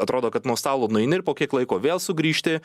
atrodo kad nuo stalo nueini ir po kiek laiko vėl sugrįžti